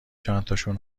چندتاشون